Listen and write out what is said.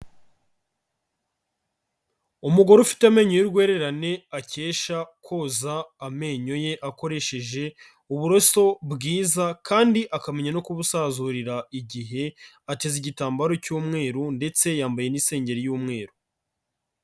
Umugore ufite amenyo y'urwererane akesha koza amenyo ye akoresheje uburoso bwiza kandi akamenya no kubusazurira igihe, ateze igitambaro cy'umweru ndetse yambaye n'isengeri y'umweru.